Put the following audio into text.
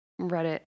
Reddit